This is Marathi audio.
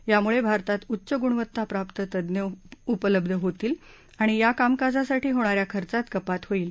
यामुळे भारतात उच्च गुणवत्ता प्राप्त तज्ञ उपलब्ध होतील आणि या कामकाजासाठी होणाऱ्या खर्चात कपात होईल